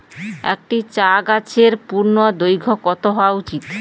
একটি চা গাছের পূর্ণদৈর্ঘ্য কত হওয়া উচিৎ?